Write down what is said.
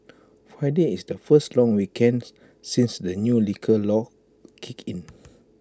Friday is the first long weekend since the new liquor laws kicked in